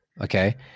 Okay